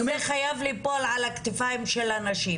זה חייב ליפול על הכתפיים של הנשים,